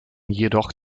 jedoch